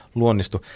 luonnistu